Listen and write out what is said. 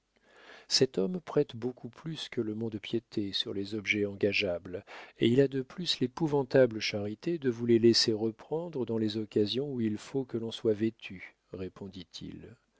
cet homme prête beaucoup plus que le mont-de-piété sur les objets engageables et il a de plus l'épouvantable charité de vous les laisser reprendre dans les occasions où il faut que l'on soit vêtu